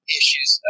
issues